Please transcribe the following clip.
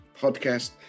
podcast